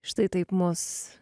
štai taip mus